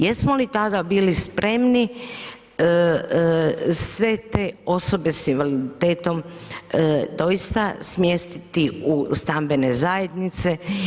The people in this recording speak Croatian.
Jesmo li tada bili spremni sve te osobe s invaliditetom doista smjestiti u stambene zajednice?